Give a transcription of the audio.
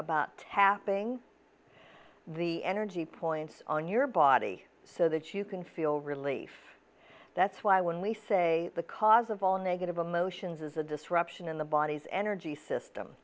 about tapping the energy points on your body so that you can feel relief that's why when we say the cause of all negative emotions is a disruption in the body's energy system